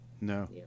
No